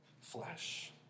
flesh